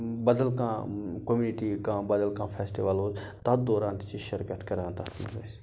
بَدل کانٛہہ کوٚمِٹی کانٛہہ بَدَل کانٛہہ فٮ۪سٹِول اوس تَتھ دوران تہِ چھِ شِرکت کَران تَتھ منٛز أسۍ